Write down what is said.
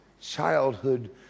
childhood